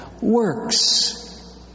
works